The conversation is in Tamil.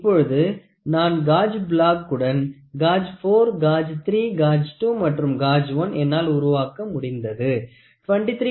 இப்பொழுது நான்கு காஜ் பிளாக்குடன் காஜ் 4 காஜ் 3 காஜ் 2 மற்றும் காஜ் 1 என்னால் உருவாக்க முடிந்தது 23